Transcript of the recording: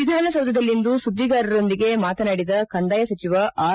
ವಿಧಾನಸೌಧದಲ್ಲಿಂದು ಸುದ್ದಿಗಾರರೊಂದಿಗೆ ಮಾತನಾಡಿದ ಕಂದಾಯ ಸಚಿವ ಆರ್